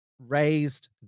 raised